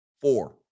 Four